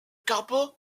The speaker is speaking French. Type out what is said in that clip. corbeau